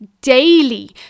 daily